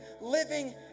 living